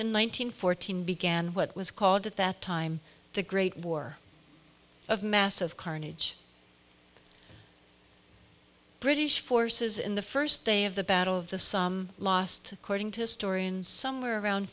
hundred fourteen began what was called at that time the great war of massive carnage british forces in the first day of the battle of the some lost cording to a story and somewhere around